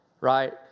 Right